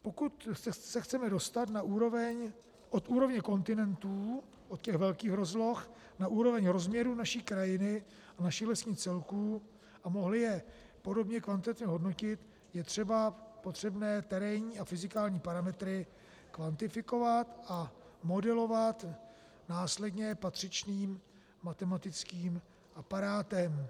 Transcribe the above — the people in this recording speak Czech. Pokud se chceme dostat od úrovně kontinentů, od těch velkých rozloh na úroveň rozměrů naší krajiny a našich lesních celků, a mohli je podobně kvantitativně hodnotit, je třeba potřebné terénní a fyzikální parametry kvantifikovat a modelovat následně patřičným matematickým aparátem.